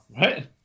Right